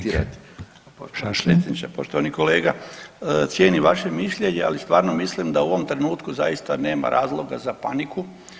Poštovani kolega cijenim vaše mišljenje ali stvarno mislim da u ovom trenutku zaista nema razloga za paniku.